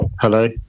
Hello